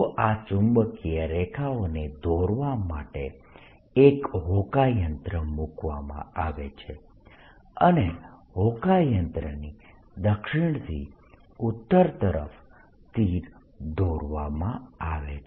તો આ ચુંબકીય રેખાઓને દોરવા માટે એક હોકાયંત્ર મૂકવામાં આવે છે અને હોકાયંત્રની દક્ષિણથી ઉત્તર તરફ જતા તીર દોરવામાં આવે છે